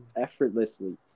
effortlessly